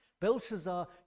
Belshazzar